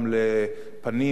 גם לפנים